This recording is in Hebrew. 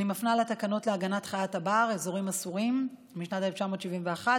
אני מפנה לתקנות להגנת חיית הבר (אזורים אסורים) משנת 1971,